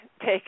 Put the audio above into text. take